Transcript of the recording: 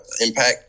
impact